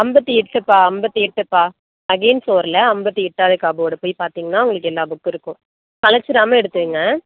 ஐம்பத்தி எட்டுப்பா ஐம்பத்தி எட்டுப்பா செகண்ட் ஃபிலோரில் ஐம்பத்தி எட்டாவது கபோடு போய் பார்த்திங்கன்னா உங்களுக்கு எல்லா புக்கும் இருக்கும் கலைச்சிடாமல் எடுத்துக்குங்க